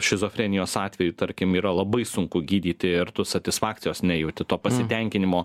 šizofrenijos atveju tarkim yra labai sunku gydyti ir tu satisfakcijos nejauti to pasitenkinimo